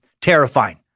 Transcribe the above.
Terrifying